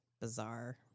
bizarre